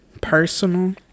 personal